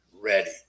ready